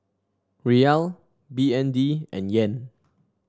Riyal B N D and Yen